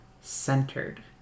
centered